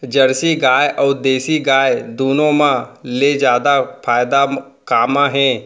Jersey गाय अऊ देसी गाय दूनो मा ले जादा फायदा का मा हे?